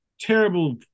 terrible